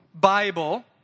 Bible